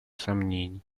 сомнений